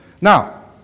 Now